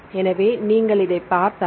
எனவே நீங்கள் இதைப் பார்த்தால்